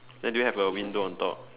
then do you have a window on top